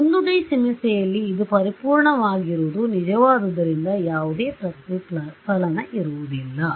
1 D ಸಮಸ್ಯೆಯಲ್ಲಿ ಇದು ಪರಿಪೂರ್ಣವಾಗಿರುವುದು ನಿಜವಾದುದರಿಂದ ಯಾವುದೇ ಪ್ರತಿಫಲನ ಇರುವುದಿಲ್ಲ